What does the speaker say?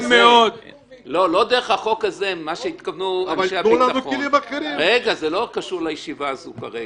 מה שהתכוונו זה לא קשור לישיבה הזו כרגע.